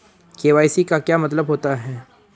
KYC का क्या मतलब होता है?